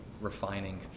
refining